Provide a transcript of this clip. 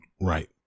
Right